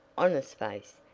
honest face,